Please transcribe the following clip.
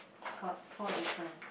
got four differences